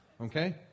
okay